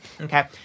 Okay